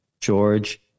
George